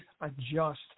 adjust